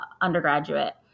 undergraduate